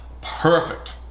perfect